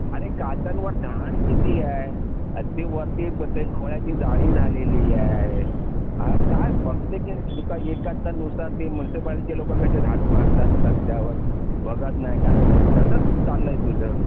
अरे काचांवर घाण किती आहे ते वरती ते कोळ्याची जाळी झालेली आहे काही बघते की तू काही एखादा नुसता ते मुंसिपाल्टीचे लोकं कसे झाडू मारतात रस्त्यावर बघत नाही काही नाही तसंच चाललं आहे तुझं